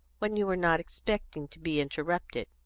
when you were not expecting to be interrupted.